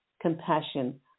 compassion